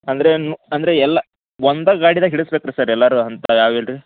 ಅಂದರೆ ನು ಅಂದರೆ ಎಲ್ಲ ಒಂದು ಗಾಡಿದಾಗೆ ಹಿಡಿಸ್ಬೇಕು ರೀ ಸರ್ ಎಲ್ಲರೂ ಅಂಥವು ಯಾವೂ ಇಲ್ಲ ರೀ